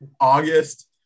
August